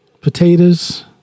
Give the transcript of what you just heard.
potatoes